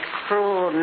cruel